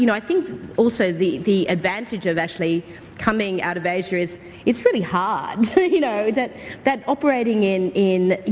you know i think also the the advantage of actually coming out of asia is its very hard you know that that operating in in